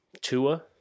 Tua